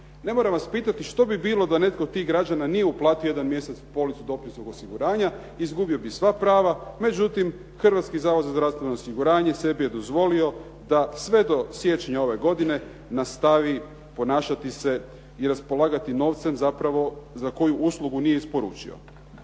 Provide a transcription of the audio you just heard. Ne moram vas pitati što bi bilo da netko od tih građana nije uplatio jedan mjesec policu dopunskog osiguranja, izgubio bi sva prava. Međutim, Hrvatski zavod za zdravstveno osiguranje sebi je dozvolio da sve do siječnja ove godine nastavi ponašati se i raspolagati novcem zapravo za koju uslugu nije isporučio.